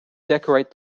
decorate